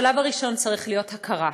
השלב הראשון צריך להיות הכרה,